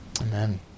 Amen